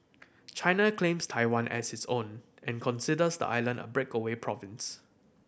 China claims Taiwan as its own and considers the island a breakaway province